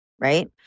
right